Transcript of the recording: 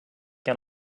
han